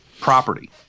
property